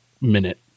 minute